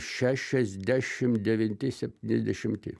šešiasdešim devinti septyniasdešimti